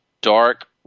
dark